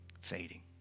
fading